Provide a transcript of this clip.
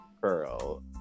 girl